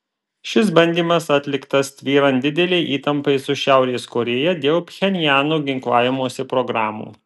šis bandymas atliktas tvyrant didelei įtampai su šiaurės korėja dėl pchenjano ginklavimosi programų